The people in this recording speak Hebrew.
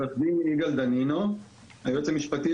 ברשותך.